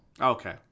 Okay